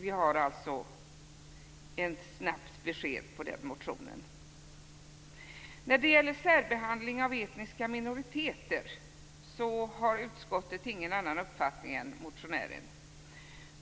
Vi får alltså ett snabbt besked vad gäller dessa motioner. Utskottet har när det gäller särbehandling av etniska minoriteter ingen annan uppfattning än motionären.